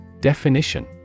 Definition